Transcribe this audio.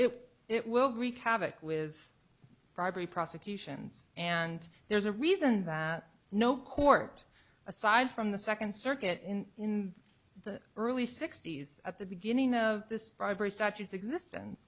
it it will wreak havoc with bribery prosecutions and there's a reason that no court aside from the second circuit in the early sixty's at the beginning of this bribery such its existence